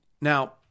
Now